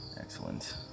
Excellent